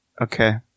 Okay